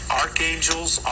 archangels